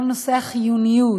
כל נושא החיוניות,